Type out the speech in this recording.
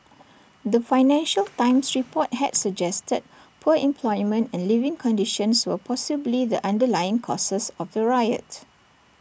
the financial times report had suggested poor employment and living conditions were possibly the underlying causes of the riot